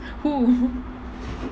who